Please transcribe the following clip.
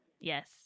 Yes